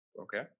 Okay